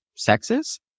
sexist